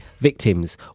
victims